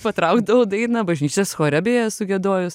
patraukdavau dainą bažnyčios chore beje esu giedojus